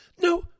No